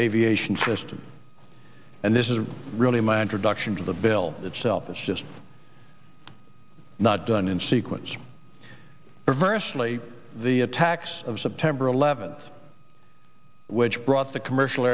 aviation system and this is really my introduction to the bill itself is just not done in sequence perversely the attacks of september eleventh which brought the commercial